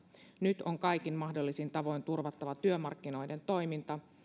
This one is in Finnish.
nyt on kaikin mahdollisin tavoin turvattava työmarkkinoiden toiminta